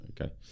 okay